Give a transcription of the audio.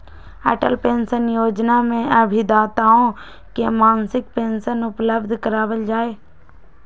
Atal pension योजना में अभिदाताओं के मासिक पेंशन उपलब्ध करावल जाहई